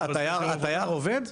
התייר עובד?